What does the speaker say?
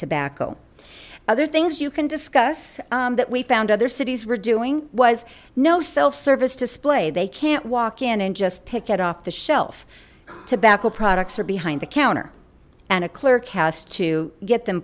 tobacco other things you can discuss that we found other cities were doing was no self service display they can't walk in and just pick it off the shelf tobacco products are behind the counter and a clerk has to get them